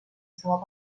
seua